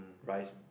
rice